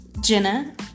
Jenna